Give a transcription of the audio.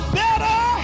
better